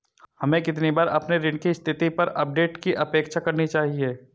हमें कितनी बार अपने ऋण की स्थिति पर अपडेट की अपेक्षा करनी चाहिए?